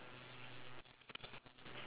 what sounded awesome